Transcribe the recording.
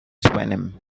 venom